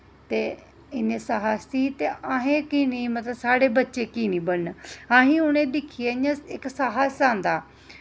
ते इ'न्ने साहसी हे ते असें कीऽ निं मतलब साढ़े बच्चे कि निं बनन्न असें उ'नें ई दिक्खियै इक्क साहस आंदा